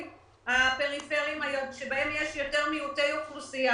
הפריפריים שבהם יש יותר אוכלוסייה מועטה,